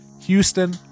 Houston